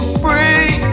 free